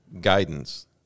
guidance